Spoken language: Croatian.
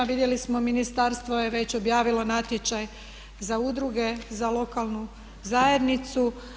Vidjeli smo Ministarstvo je već objavilo natječaj za udruge, za lokalnu zajednicu.